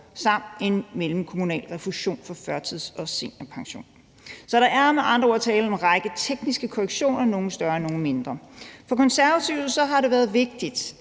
samt en mellemkommunal refusion for førtids- og seniorpension. Der er med andre ord tale om en række tekniske korrektioner, nogle større og andre mindre. For Konservative har det været vigtigt,